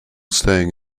staying